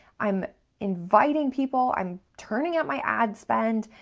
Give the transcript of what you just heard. i'm inviting people, i'm turning up my ad spend,